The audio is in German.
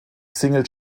single